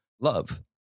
love